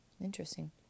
Interesting